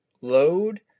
load